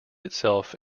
itself